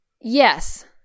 Yes